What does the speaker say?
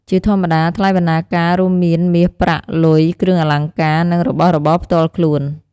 ជាធម្មតា ថ្លៃបណ្ណាការរួមមានមាសប្រាក់ លុយ, គ្រឿងអលង្ការ, និងរបស់របរផ្ទាល់ខ្លួន។